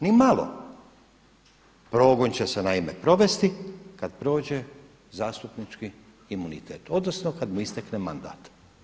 Ni malo, progon će se naime provesti kada prođe zastupnički imunitet odnosno kada mu istekne mandat.